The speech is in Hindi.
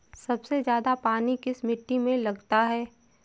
सबसे ज्यादा पानी किस मिट्टी में लगता है?